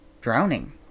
drowning